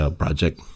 project